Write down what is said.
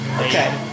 Okay